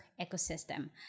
ecosystem